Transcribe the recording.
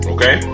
Okay